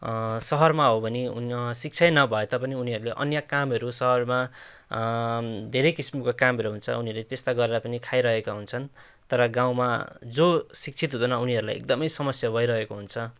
सहरमा हो भने उनी शिक्षै नभए तापनि उनीहरूले अन्य कामहरू सहरमा धेरै किसिमको कामहरू हुन्छ उनीहरू त्यस्ता गरेर पनि खाइरहेका हुन्छन् तर गाउँमा जो शिक्षित हुँदैन उनीहरूलाई एकदमै समस्या भइरहेको हुन्छ